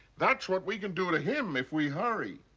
that's what we can do to him if we hurry.